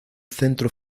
centro